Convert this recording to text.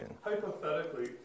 Hypothetically